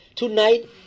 Tonight